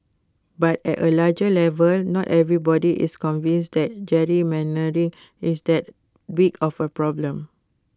but at A larger level not everybody is convinced that gerrymandering is that big of A problem